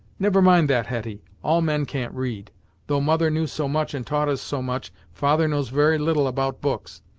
never mind that, hetty. all men can't read though mother knew so much and taught us so much, father knows very little about books,